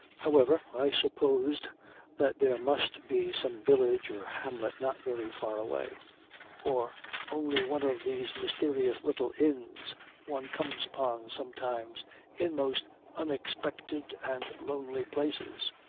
however, i supposed that there must be some village or hamlet not very far away or only one of these mysterious little inns one comes upon sometimes in most unexpected and lonely places.